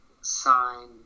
sign